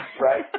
Right